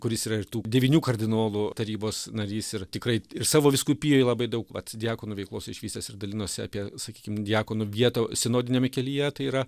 kuris yra ir tų devynių kardinolų tarybos narys ir tikrai ir savo vyskupijoj labai daug vat diakonų veiklos išvystęs ir dalinosi apie sakykim diakonų vietą sinodiniame kelyje tai yra